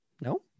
No